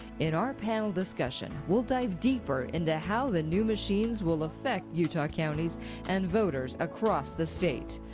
in our panel discussion we'll dive deeper into how the new machines will affect utah counties and voters across the state.